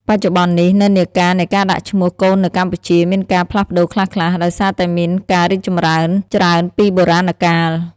បច្ចុប្បន្ននេះ និន្នាការនៃការដាក់ឈ្មោះកូននៅកម្ពុជាមានការផ្លាស់ប្តូរខ្លះៗ ដោយសារតែមានការរីកចម្រើនច្រើនពីបុរាណកាល។